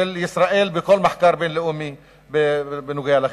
ישראל בכל מחקר בין-לאומי בנוגע לחינוך.